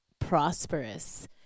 prosperous